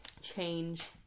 change